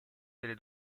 delle